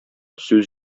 сүз